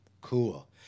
cool